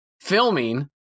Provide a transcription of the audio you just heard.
filming